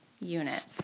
units